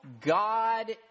God